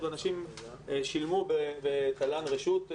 אנשים שילמו תל"ן ברשות,